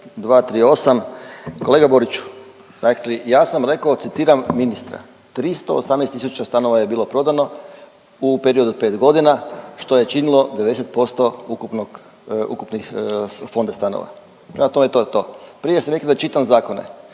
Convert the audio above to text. kolega Boriću, dakle ja sam rekao, citiram ministra, 318 tisuća stanova je bilo prodano u periodu od 5 godina, što je činilo 90% ukupnih fonda stanova. Prema tome, to je to. Prije ste rekli da čitam zakone,